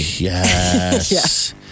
Yes